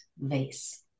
vase